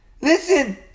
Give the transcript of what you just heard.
Listen